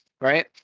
right